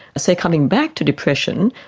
say coming back to depression,